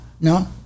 No